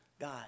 God